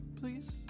please